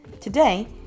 today